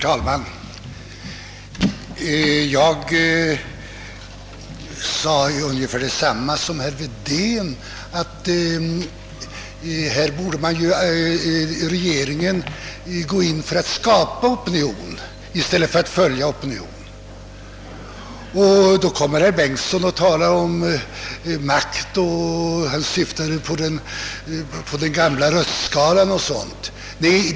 Herr talman! Jag sade ungefär som herr Wedén, nämligen att regeringen borde försöka skapa opinion i stället för att följa opinion. Då kommer herr Bengtsson i Varberg och talar om makt och syftade på den gamla röstskalan och sådant.